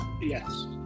yes